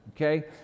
okay